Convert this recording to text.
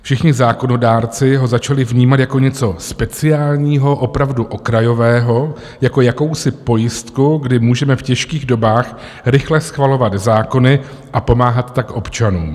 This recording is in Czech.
Všichni zákonodárci ho začali vnímat jako něco speciálního, opravdu okrajového, jako jakousi pojistku, kdy můžeme v těžkých dobách rychle schvalovat zákony a pomáhat tak občanům.